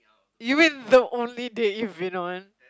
you mean the only date you've been on